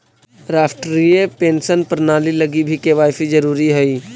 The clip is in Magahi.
राष्ट्रीय पेंशन प्रणाली लगी भी के.वाए.सी जरूरी हई